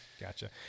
Gotcha